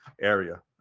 area